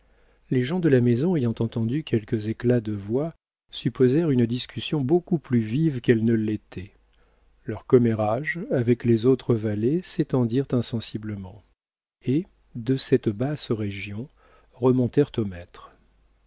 les gens de la maison ayant entendu quelques éclats de voix supposèrent une discussion beaucoup plus vive qu'elle ne l'était leurs commérages avec les autres valets s'étendirent insensiblement et de cette basse région remontèrent aux maîtres